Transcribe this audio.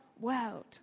world